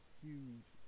huge